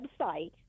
website